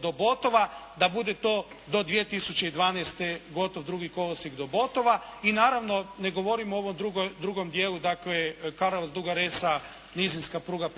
do Botova, da bude to do 2012. gotov drugi kolosijek do Botova. I naravno, ne govorim o ovom drugom dijelu dakle Karlovac-Duga Resa, nizinska pruga